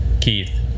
Keith